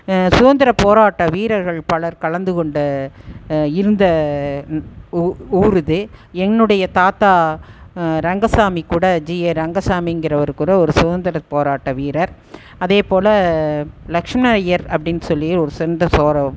சுதந்திர போராட்ட வீரர்கள் பலர் கலந்து கொண்ட இருந்த ஊர் இது என்னுடைய தாத்தா ரங்கசாமி கூட ஜி ஏ ரங்கசாமிங்கிறவரு கூட ஒரு சுதந்திர போராட்ட வீரர் அதேபோல லக்ஷ்மண அய்யர் அப்டீன்னு சொல்லி ஒரு சிந்திர சோர